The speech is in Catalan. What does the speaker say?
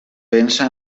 pensa